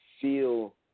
feel